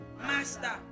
Master